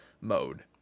mode